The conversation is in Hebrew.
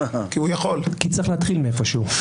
כי צריך להתחיל מאיפשהו.